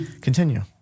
continue